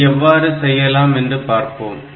இதை எவ்வாறு செய்யலாம் என்று பார்ப்போம்